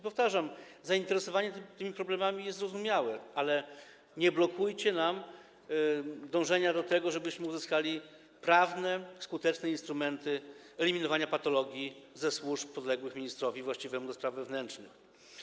Powtarzam: zainteresowanie tymi problemami jest zrozumiałe, ale nie blokujcie nam dążenia do tego, żebyśmy uzyskali skuteczne instrumenty prawne do eliminowania patologii ze służb podległych ministrowi właściwemu do spraw wewnętrznych.